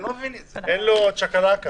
ארבע המדינות זה דרום אפריקה,